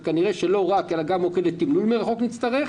ולא רק זה אלא כנראה נצטרך גם מוקד לתמלול מרחוק נצטרך